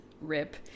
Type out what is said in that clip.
Rip